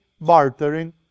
bartering